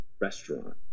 restaurant